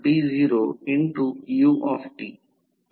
K किंवा KVL ही गोष्ट लागू करा